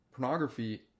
pornography